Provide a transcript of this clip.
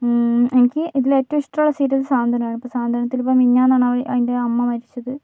എനിക്ക് ഇതിലേറ്റവും ഇഷ്ടമുള്ള സീരിയൽ സ്വാന്തനമാണ് ഇപ്പോൾ സ്വാന്തനത്തിൽ ഇപ്പോൾ മിനിഞ്ഞാന്നാണ് അതിൻ്റെ അമ്മ മരിച്ചത്